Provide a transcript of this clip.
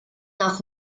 nach